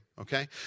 okay